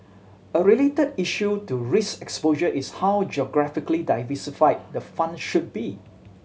a related issue to risk exposure is how geographically diversified the fund should be